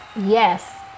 Yes